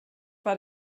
war